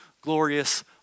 glorious